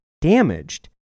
damaged